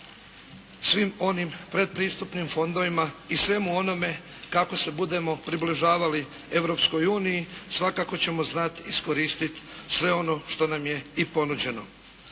svim onim predpristupnim fondovima i svemu onome kako se budemo približavali Europskoj uniji svakako ćemo znati iskoristiti sve ono što nam je i ponuđeno.